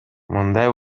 мындай